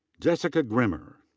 jessica grimmer.